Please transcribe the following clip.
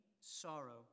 sorrow